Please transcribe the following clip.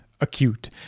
acute